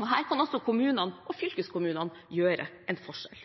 Her kan også kommunene og fylkeskommunene gjøre en forskjell,